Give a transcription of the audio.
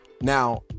now